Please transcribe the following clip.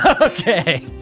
Okay